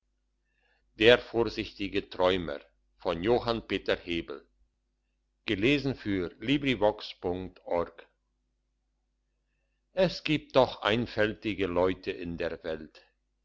der vorsichtige träumer es gibt doch einfältige leute in der welt